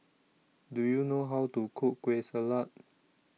Do YOU know How to Cook Kueh Salat